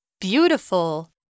Beautiful